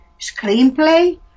screenplay